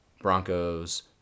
Broncos